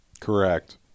Correct